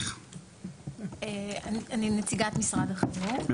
אני נציגת משרד החינוך,